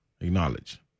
Acknowledge